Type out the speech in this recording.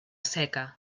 seca